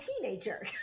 teenager